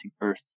earth